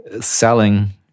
selling